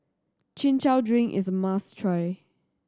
Chin Chow drink is must try